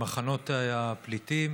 במחנות הפליטים.